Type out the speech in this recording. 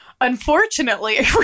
Unfortunately